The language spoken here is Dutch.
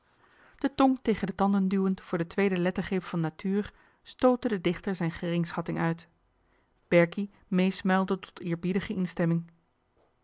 de tong tegen de tanden duwend voor de tweede lettergreep van natuur stootte de dichter zijn geringschatting uit berkie meesmuilde tot eerbiedige instemming